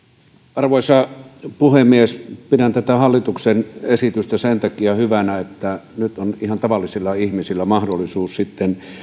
arvoisa puhemies pidän tätä hallituksen esitystä sen takia hyvänä että nyt on ihan tavallisilla ihmisillä mahdollisuus sitten